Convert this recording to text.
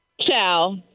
Ciao